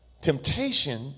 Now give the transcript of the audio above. Temptation